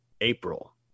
April